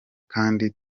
kandi